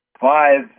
five